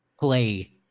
play